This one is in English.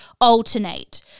alternate